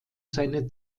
seine